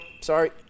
Sorry